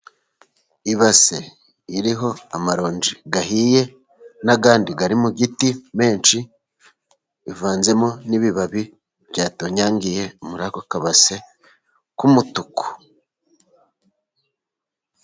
Ibase iriho amaronji ahiye, n'andi ari mu giti menshi. Bivanzemo n'ibibabi byatonyangiye muri ako kabase k'umutuku.